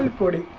and forty